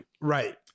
Right